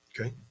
Okay